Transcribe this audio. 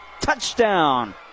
Touchdown